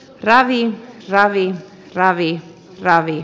rallin ralliin rari rrari